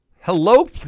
hello